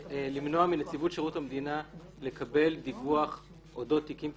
מנציבות שירות המדינה לקבל דיווח על אודות תיקים פתוחים,